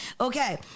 Okay